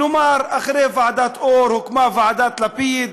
כלומר, אחרי ועדת אור הוקמה ועדת לפיד,